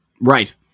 Right